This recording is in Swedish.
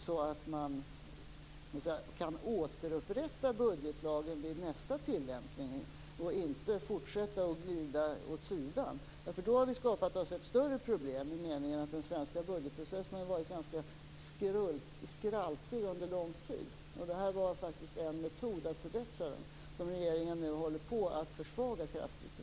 Man kan då återupprätta budgetlagen vid nästa tillämpning och inte fortsätta att glida åt sidan. Om så sker har vi skapat oss ett större problem. Den svenska budgetprocessen har varit ganska skraltig under lång tid. Detta var en metod att förbättra den som regeringen nu tyvärr håller på att försvaga kraftigt.